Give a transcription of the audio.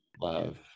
love